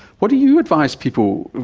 what do you advise people,